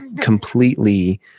completely